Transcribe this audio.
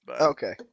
Okay